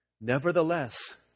Nevertheless